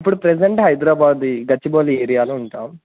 ఇప్పుడు ప్రజెంట్ హైదరాబాద్ గచ్చిబౌలి ఏరియాలో ఉంటాం